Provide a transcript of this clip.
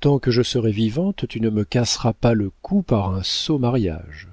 tant que je serai vivante tu ne te casseras pas le cou par un sot mariage